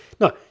No